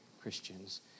Christians